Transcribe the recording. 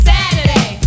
Saturday